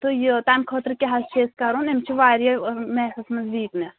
تہٕ یہِ تَمہِ خٲطرٕ کیٛاہ حظ چھُ اَسہِ کَرُن أمِس چھِ واریاہ میتھَس منٛز ویٖکنٮ۪س